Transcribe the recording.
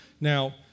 Now